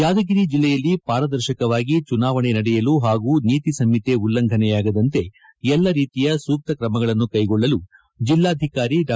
ಯಾದಗಿರಿ ಜಿಲ್ಲೆಯಲ್ಲಿ ಪಾರದರ್ಶಕವಾಗಿ ಚುನಾವಣೆ ನಡೆಯಲು ಹಾಗೂ ನೀತಿ ಸಂಹಿತೆ ಉಲ್ಲಂಘನೆಯಾಗದಂತೆ ಎಲ್ಲಾ ರೀತಿಯ ಸೂಕ್ತ ಕ್ರಮಗಳನ್ನು ಕೈಗೊಳ್ಳಲು ಜಿಲ್ಲಾಧಿಕಾರಿ ಡಾ